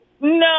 No